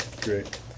Great